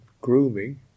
grooming